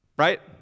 Right